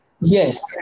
Yes